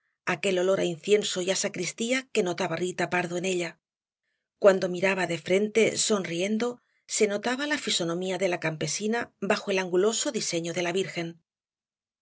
aquel olor á incienso y á sacristía que notaba rita pardo en ella cuando miraba de frente sonriendo se notaba la fisonomía de la campesina bajo el anguloso diseño de la virgen